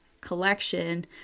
collection